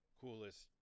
coolest